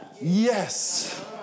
yes